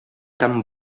tan